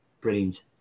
brilliant